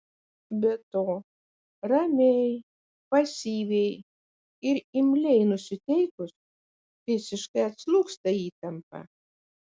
be to ramiai pasyviai ir imliai nusiteikus visiškai atslūgsta įtampa